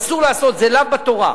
אסור לעשות, זה לאו בתורה.